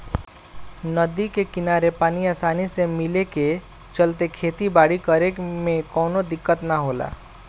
नदी के किनारे पानी आसानी से मिले के चलते खेती बारी करे में कवनो दिक्कत ना होला